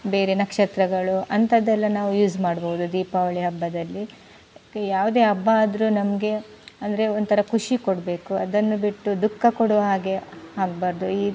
ಬೇರೆ ನಕ್ಷತ್ರಗಳು ಅಂಥದ್ದೆಲ್ಲ ನಾವು ಯೂಸ್ ಮಾಡ್ಬೌದು ದೀಪಾವಳಿ ಹಬ್ಬದಲ್ಲಿ ಯಾವುದೇ ಹಬ್ಬ ಆದರೂ ನಮಗೆ ಅಂದರೆ ಒಂಥರ ಖುಷಿ ಕೊಡಬೇಕು ಅದನ್ನು ಬಿಟ್ಟು ದುಃಖ ಕೊಡುವ ಹಾಗೆ ಆಗಬಾರ್ದು ಈ